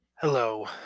Hello